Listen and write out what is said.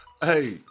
Hey